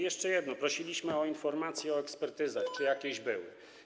Jeszcze jedno: prosiliśmy o informację o ekspertyzach, czy jakieś były.